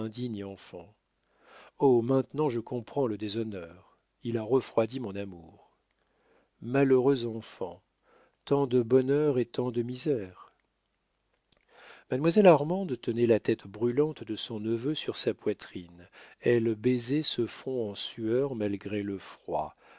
enfant oh maintenant je comprends le déshonneur il a refroidi mon amour malheureux enfant tant de bonheur et tant de misère mademoiselle armande tenait la tête brûlante de son neveu sur sa poitrine elle baisait ce front en sueur malgré le froid